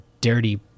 dirty